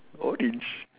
orange